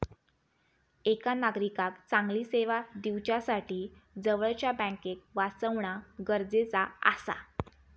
एका नागरिकाक चांगली सेवा दिवच्यासाठी जवळच्या बँकेक वाचवणा गरजेचा आसा